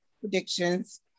predictions